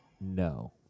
No